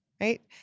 Right